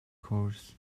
cause